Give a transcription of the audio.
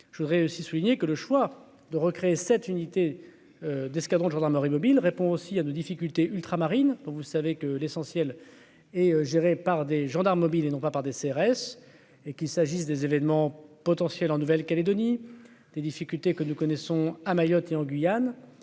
je voudrais aussi souligner que le choix de recréer cette unité d'escadrons de gendarmerie mobile répond aussi à nos difficultés ultramarines pour vous savez que l'essentiel est gérée par des gendarmes mobiles et non pas par des CRS et qu'il s'agisse des événements potentiels en Nouvelle-Calédonie, des difficultés que nous connaissons à Mayotte et en Guyane,